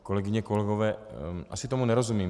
Kolegyně, kolegové, asi tomu nerozumím.